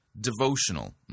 devotional